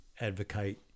advocate